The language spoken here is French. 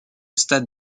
stade